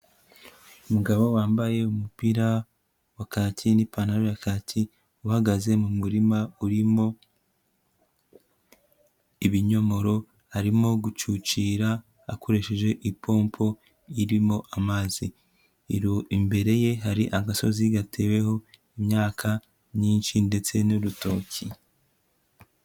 Umugabo wambaye umupira wa kacyi n'ipantaro ya kacyi uhagaze mu murima urimo ibinyomoro arimo gucucira akoresheje ipombo irimo amazi, imbere ye hari agasozi gateweho imyaka myinshi ndetse n'urutoki.